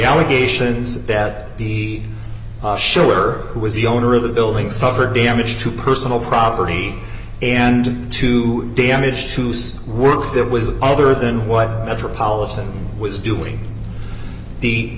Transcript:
allegations that he sure was the owner of the building suffered damage to personal property and to damage whose work there was other than what metropolitan was doing the